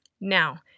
Now